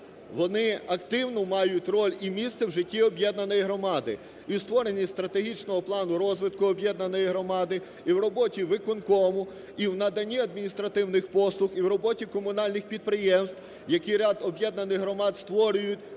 вони активну мають роль і місце в житті об'єднаної громади: і в створенні стратегічного плану розвитку об'єднаної громади, і в роботі виконкому, і в наданні адміністративних послуг, і в роботі комунальних підприємств, які ряд об'єднаних громад створюють